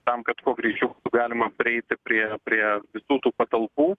tam kad kuo greičiau galima prieiti prie prie visų tų patalpų